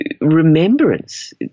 remembrance